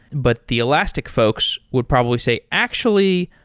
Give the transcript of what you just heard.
but the elastic folks would probably say, actually,